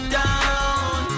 down